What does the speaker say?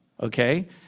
okay